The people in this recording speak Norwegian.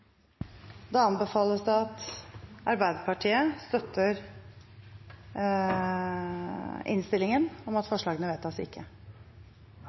da at Arbeiderpartiet støtter innstillingen, om at representantforslaget «vedtas ikke».